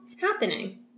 happening